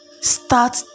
start